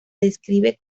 describe